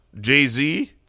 Jay-Z